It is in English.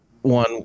One